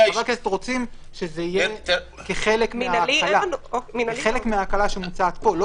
חברי הכנסת רוצים שזה יהיה כחלק מההקלה שמוצעת פה ולא